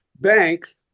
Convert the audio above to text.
banks